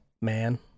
man